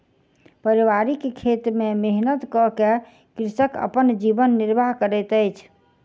पारिवारिक खेत में मेहनत कअ के कृषक अपन जीवन निर्वाह करैत अछि